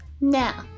Now